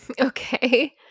Okay